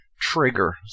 trigger